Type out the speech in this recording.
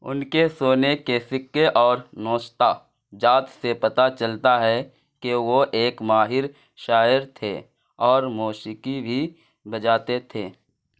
ان کے سونے کے سکے اور نوشتہ جات سے پتہ چلتا ہے کہ وہ ایک ماہر شاعر تھے اور موشیقی بھی بجاتے تھے